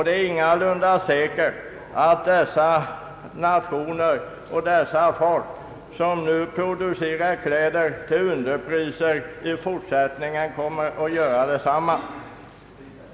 Det är ingalunda säkert att de nationer som nu producerar kläder till underpriser kommer att göra det också i fortsättningen.